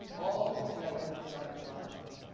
altogether psychological.